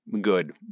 good